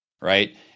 right